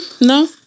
No